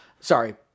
Sorry